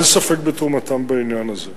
אין ספק בתרומתם בעניין הזה.